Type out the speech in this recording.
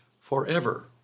forever